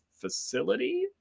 facility